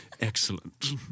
excellent